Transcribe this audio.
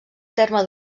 terme